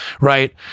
Right